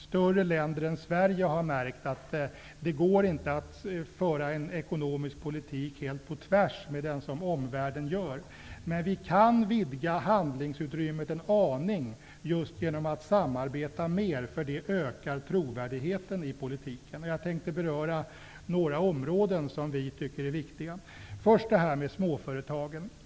Större länder än Sverige har märkt att det inte går att föra en ekonomisk politik helt på tvärs mot omvärldens. Men vi kan vidga handlingsutrymmet en aning genom att samarbeta mer, eftersom det ökar trovärdigheten i politiken. Jag tänker beröra några områden som vi tycker är viktiga. Jag vill först beröra småföretagen.